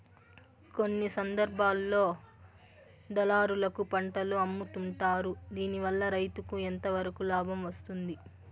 కొన్ని సందర్భాల్లో దళారులకు పంటలు అమ్ముతుంటారు దీనివల్ల రైతుకు ఎంతవరకు లాభం వస్తుంది?